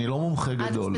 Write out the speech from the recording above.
אני לא מומחה גדול,